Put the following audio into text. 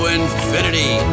infinity